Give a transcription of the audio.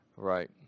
Right